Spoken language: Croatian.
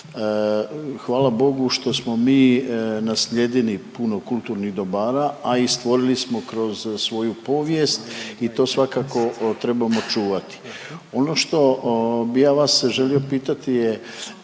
Hvala Bogu što smo mi naslijedili puno kulturnih dobara, a i stvorili smo kroz svoju povijest i to svakako trebamo čuvati. Ono što bi ja vas želio pitati je